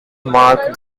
mark